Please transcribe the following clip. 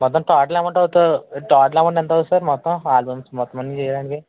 మొత్తం total amount అంతా total amount ఎంతవుతుంది సార్ మొత్తం ఆల్బమ్స్ మొత్తమన్నీ చేయడానికి